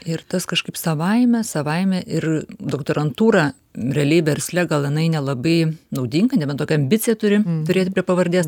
ir tas kažkaip savaime savaime ir doktorantūra realiai versle gal jinai nelabai naudinga nebent tokią ambiciją turi turėt prie pavardės